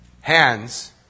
hands